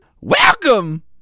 Welcome